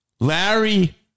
Larry